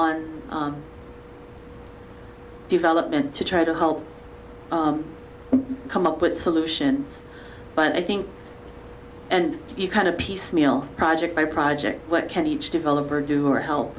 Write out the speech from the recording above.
on development to try to help come up with a solution but i think and you kind of piecemeal project by project what can each developer do or